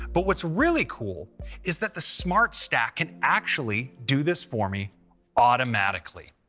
but what's really cool is that the smart stack can actually do this for me automatically.